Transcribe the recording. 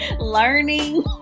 learning